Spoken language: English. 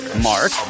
Mark